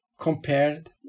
compared